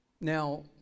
Now